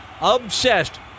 obsessed